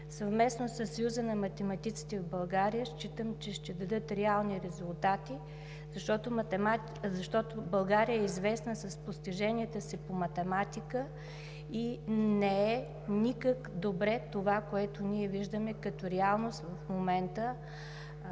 съвместно със Съюза на математиците в България, считам, че ще дадат реални резултати, защото България е известна с постиженията си по математика и не е никак добре това, което ние виждаме като реалност в момента